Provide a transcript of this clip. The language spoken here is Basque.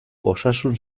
osasun